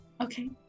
okay